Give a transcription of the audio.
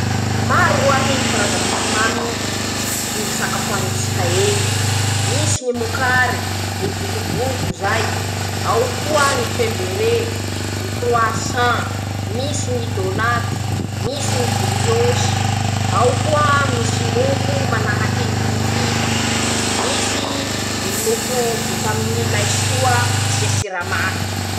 .<...>Maro roahy karazany mofo mamy is fisakafoany tsika eñy. -Misy ñy monkary, ñy bokoboko zay, ao koa ñy pemberé, ñy koroasan, misy ñy dônaty, misy ñy briôsy, ao koa misy mofo manahaky mofo kida, misy ñy mofo vita aminy laisoa asia siramamy.